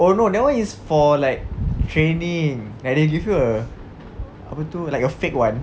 oh no that [one] is for like training like they give you a apa tu like a fake [one]